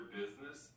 business